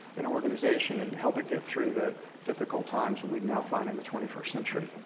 an organization, and help it get through the difficult times that we now find in the twenty first century.